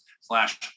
slash